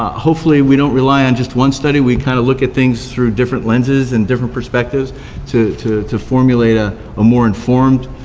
hopefully we don't rely on just one study, we kind of look at things through different lenses and different perspectives to to formulate a ah more informed